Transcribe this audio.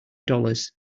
dollars